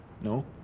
No